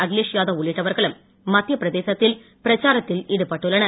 அகிலேஷ் யாதவ் உள்ளிட்டவர்களும் மத்தியப் ளுபிரதேசத்தில் பிரச்சாரத்தில் ஈடுபட்டுள்ளனர்